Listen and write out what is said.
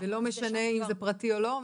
--- ולא משנה אם זה פרטי או לא?